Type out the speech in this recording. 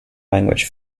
language